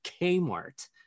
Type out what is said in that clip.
Kmart